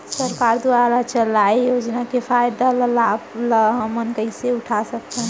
सरकार दुवारा चलाये योजना के फायदा ल लाभ ल हमन कइसे उठा सकथन?